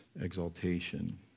exaltation